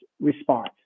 response